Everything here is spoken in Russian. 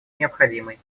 необходимой